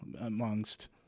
amongst